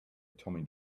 tommy